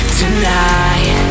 tonight